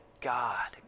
God